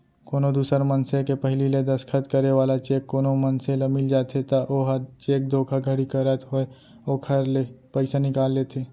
कोनो दूसर मनसे के पहिली ले दस्खत करे वाला चेक कोनो मनसे ल मिल जाथे त ओहा चेक धोखाघड़ी करत होय ओखर ले पइसा निकाल लेथे